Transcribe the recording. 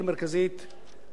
מספר הדירות מגיע שם,